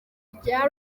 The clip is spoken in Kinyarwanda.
rya